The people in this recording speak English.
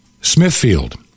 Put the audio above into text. Smithfield